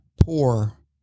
poor